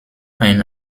ein